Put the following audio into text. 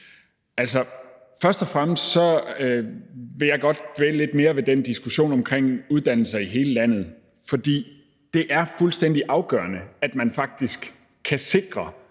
Først og fremmest vil jeg godt dvæle lidt mere ved den diskussion omkring uddannelser i hele landet, for det er fuldstændig afgørende, at man faktisk kan sikre,